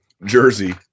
jersey